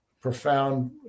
profound